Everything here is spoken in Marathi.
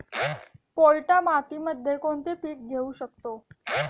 पोयटा मातीमध्ये कोणते पीक घेऊ शकतो?